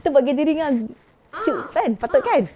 kita buat gathering ah mm kan patut kan